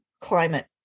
climate